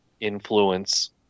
influence